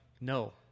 no